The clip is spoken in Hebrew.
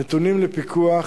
נתונים לפיקוח.